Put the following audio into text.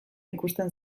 ikusten